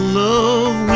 love